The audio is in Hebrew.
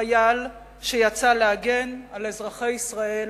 חייל שיצא להגן על אזרחי ישראל